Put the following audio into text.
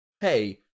Hey